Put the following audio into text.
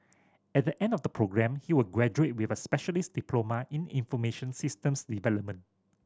at the end of the programme he will graduate with a specialist diploma in information systems development